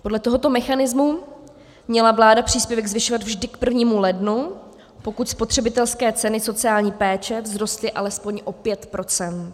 Podle tohoto mechanismu měla vláda příspěvek zvyšovat vždy k 1. lednu, pokud spotřebitelské ceny sociální péče vzrostly alespoň o 5 %.